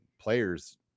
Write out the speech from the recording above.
players